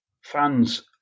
fans